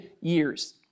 years